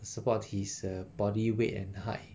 to support his body weight and height